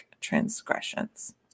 transgressions